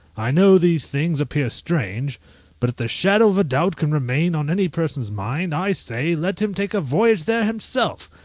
i know these things appear strange but if the shadow of a doubt can remain on any person's mind, i say, let him take a voyage there himself,